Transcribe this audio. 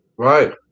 Right